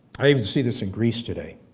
i even see this in greece today.